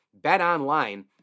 Betonline